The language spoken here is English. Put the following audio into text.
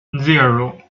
zero